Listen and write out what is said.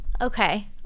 Okay